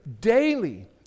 daily